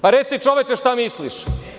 Pa, reci čoveče šta misliš.